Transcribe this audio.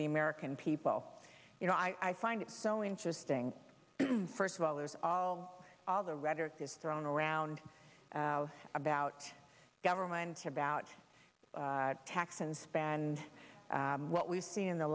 the american people you know i find it so interesting first of all there's all of the rhetoric is thrown around about government about tax and spend what we've seen in the